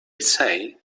say